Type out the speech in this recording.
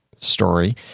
story